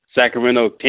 Sacramento